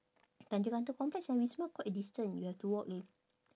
tanjong katong complex and wisma quite a distant you have to walk leh